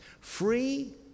Free